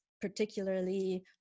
particularly